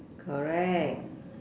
correct